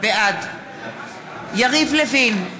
בעד יריב לוין,